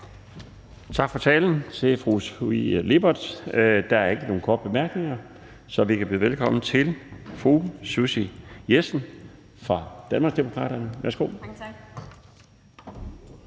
Tak for talen til fru Sofie Lippert. Der er ikke nogen korte bemærkninger. Så vi kan byde velkommen til fru Susie Jessen fra Danmarksdemokraterne. Værsgo.